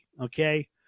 okay